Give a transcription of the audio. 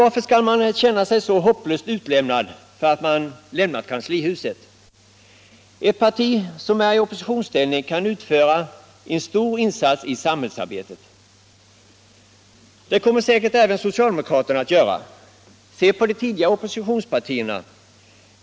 Varför skall man känna sig så hopplöst utlämnad för att man har lämnat kanslihuset? Ett parti som är i oppositionsställning kan göra en stor insats i samhällsarbetet. Det kommer säkert även socialdemokraterna att göra. Se på de tidigare oppositionspartierna!